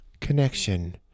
connection